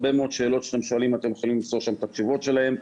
הרבה מאוד שאלות שאתם שואלים אתם יכולים למצוא שם את התשובות שלהן,